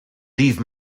leave